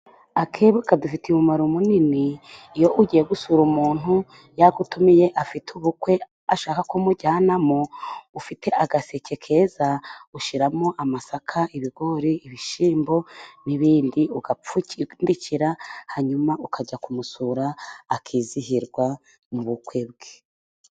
Akebo kadufitiye umumaro munini, iyo ugiye gusura umuntu yagutumiye, afite ubukwe ashaka ko mujyanamo, ufite agaseke keza ushyiramo amasaka, ibigori, ibishyimbo n'ibindi, ugapfundikira, hanyuma ukajya kumusura, akizihirwa mu bukwe bwe.